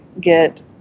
get